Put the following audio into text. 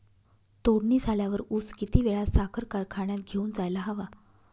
तोडणी झाल्यावर ऊस किती वेळात साखर कारखान्यात घेऊन जायला हवा?